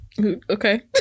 Okay